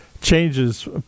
changes